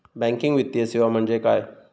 Banking वित्तीय सेवा म्हणजे काय?